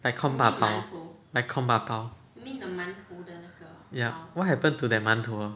like kongba 包 like kongba 包 ya what happen to that 馒头 ah